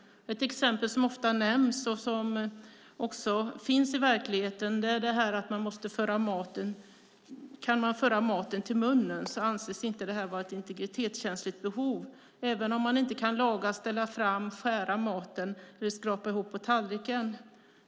Ett exempel som ofta nämns och som finns i verkligheten är om man kan föra maten till munnen. Det anses inte vara ett integritetskänsligt behov, även om man inte kan laga, ställa fram och skära mat eller skrapa ihop mat på tallriken.